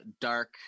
dark